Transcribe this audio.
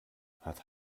hat